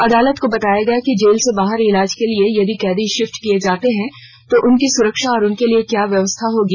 अदालत को बताया गया कि जेल से बाहर इलाज के लिए यदि कैदी शिफ्ट किए जाते हैं तो उसकी सुरक्षा और उसके लिए क्या व्यवस्था होगी